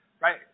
right